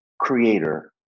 creator